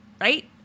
right